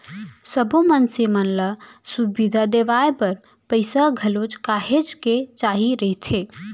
सब्बो मनसे मन ल सुबिधा देवाय बर पइसा घलोक काहेच के चाही रहिथे